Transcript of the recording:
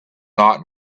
not